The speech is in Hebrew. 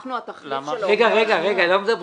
מדוע לא?